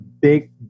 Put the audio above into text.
big